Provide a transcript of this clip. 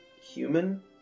human